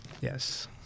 Yes